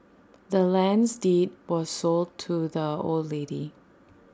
the land's deed was sold to the old lady